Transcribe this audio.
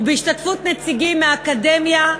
ובהשתתפות נציגים מהאקדמיה,